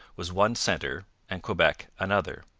was one centre and quebec another.